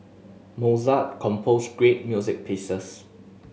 Mozart composed great music pieces